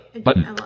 Button